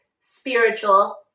spiritual